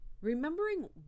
remembering